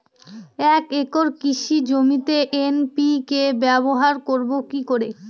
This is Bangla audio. এক একর কৃষি জমিতে এন.পি.কে ব্যবহার করব কি করে?